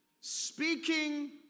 speaking